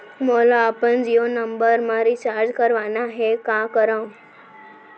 मोला अपन जियो नंबर म रिचार्ज करवाना हे, का करव?